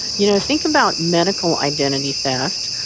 you know, think about medical identity theft,